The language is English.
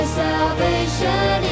salvation